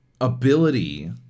ability